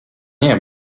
nie